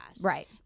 right